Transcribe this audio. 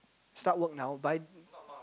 start work now by